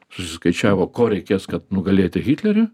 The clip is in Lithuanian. susiskaičiavo ko reikės kad nugalėti hitlerį